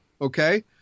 Okay